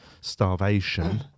starvation